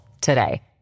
today